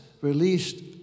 released